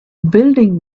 building